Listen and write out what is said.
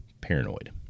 paranoid